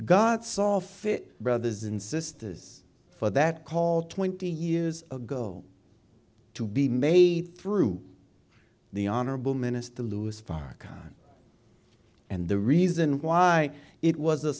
god saw fit brothers and sisters for that call twenty years ago to be made through the honorable minister louis farrakhan and the reason why it was a